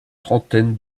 trentaine